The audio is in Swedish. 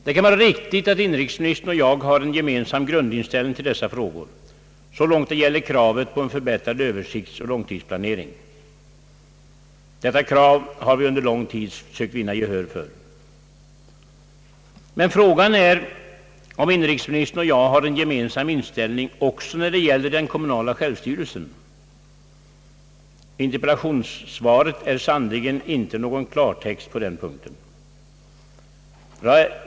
Det kan vara riktigt att inrikesministern och jag har en gemensam grundinställning till dessa frågor — så långt det gäller kravet på en förbättrad Ööversiktsoch långtidsplanering. Detta krav har vi från oppositionens sida under lång tid sökt vinna gehör för. Men frågan är om inrikesministern och jag har en gemensam inställning också när det gäller den kommunala självstyrelsen. Interpellationssvaret är sannerligen inte någon klartext på den punkten.